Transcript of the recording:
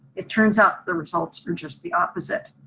it turns out the results are just the opposite.